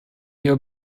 your